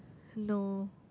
no